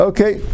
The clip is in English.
Okay